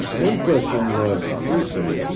one question occurs to me.